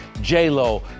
J.Lo